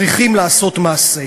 צריכים לעשות מעשה.